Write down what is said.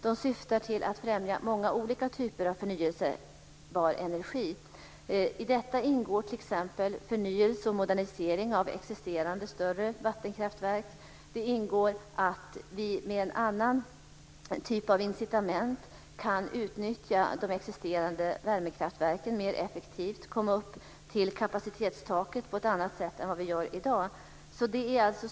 De syftar till att främja många olika typer av förnybar energi. I detta ingår t.ex. förnyelse och modernisering av existerande större vattenkraftverk. Det ingår att vi med en annan typ av incitament kan utnyttja de existerande värmekraftverken mer effektivt och komma upp till kapacitetstaket på ett annat sätt än vad vi gör i dag.